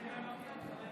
לא, הוא לא שמע אותי.